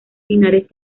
linares